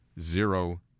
zero